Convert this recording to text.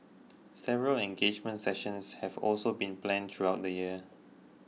several engagement sessions have also been planned throughout the year